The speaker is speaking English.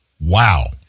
wow